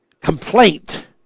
complaint